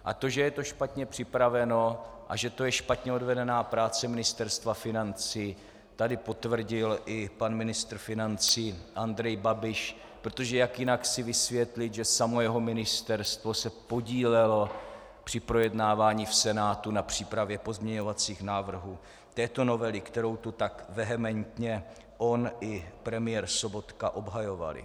A to, že je to špatně připraveno a že to je špatně odvedená práce Ministerstva financí, tady potvrdil i pan ministr financí Andrej Babiš, protože jak jinak si vysvětlit, že samo jeho ministerstvo se podílelo při projednávání v Senátu na přípravě pozměňovacích návrhů této novely, kterou tu tak vehementně on i premiér Sobotka obhajovali?